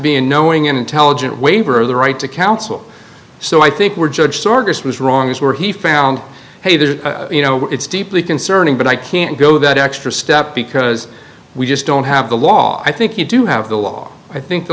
be a knowing and intelligent waiver of the right to counsel so i think we're judged was wrong is where he found her you know it's deeply concerning but i can't go that extra step because we just don't have the law i think you do have the law i think the